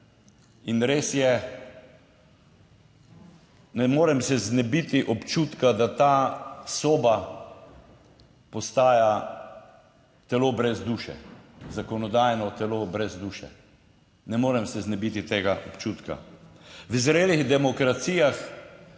In res je, ne morem se znebiti občutka, da ta soba postaja telo brez duše, zakonodajno telo brez duše. Ne morem se znebiti tega občutka. V zrelih demokracijah